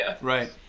Right